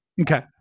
Okay